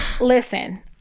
listen